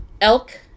elk